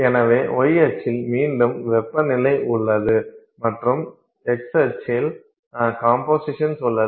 எனவே y அச்சில் மீண்டும் வெப்பநிலை உள்ளது மற்றும் x அச்சில் கம்போசிஷன் உள்ளது